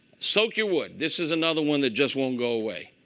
soak your wood. this is another one that just won't go away.